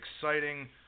exciting